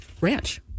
ranch